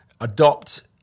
adopt